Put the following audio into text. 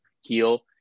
heal